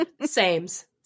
Sames